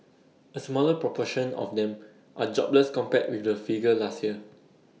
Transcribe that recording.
A smaller proportion of them are jobless compared with the figure last year